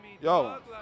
Yo